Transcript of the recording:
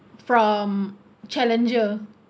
from Challenger